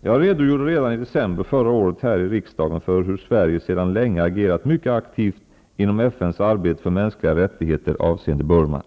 Jag redogjorde redan i december förra året här i riksdagen för hur Sverige sedan länge agerat mycket aktivt inom FN:s arbete för mänskliga rättigheter avseende Burma.